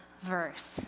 verse